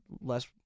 less